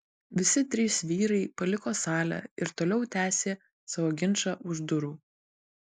visi trys vyrai paliko salę ir toliau tęsė savo ginčą už durų